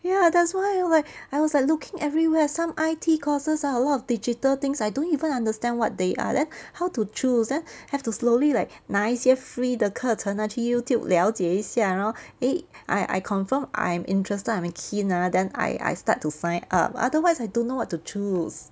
ya that's why I was like I was like looking everywhere some I_T courses ah a lot of digital things I don't even understand what they are then how to choose then have to slowly like 哪一些 free 的课程拿去 youtube 了解一下然后 eh I I confirm I'm interested I'm a keen ah then I I start to sign up otherwise I don't know what to choose